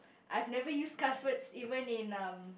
I have never used cuss words even in um